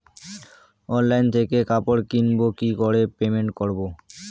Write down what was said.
Online থেকে কাপড় কিনবো কি করে পেমেন্ট করবো?